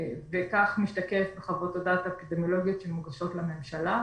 וכך משתקפות חוות הדעת האפידמיולוגיות שמוגשות לממשלה